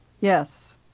Yes